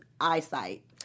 eyesight